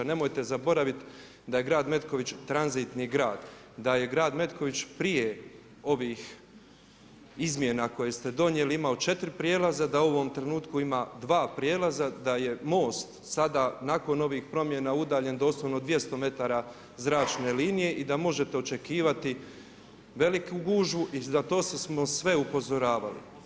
Nemojte zaboraviti da je grad Metković tranzitni grad, da je grad Metković prije ovih izmjena koje ste donijeli imao 4 prijelaza, da u ovom trenutku ima dva prijelaza, da je MOST sada nakon ovih promjena udaljen doslovno 200 metara zračne linije i da možete očekivati veliku gužvu i na to smo sve upozoravali.